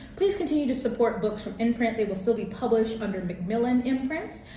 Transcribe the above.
please continue to support books from imprint. they will still be published under macmillan imprints.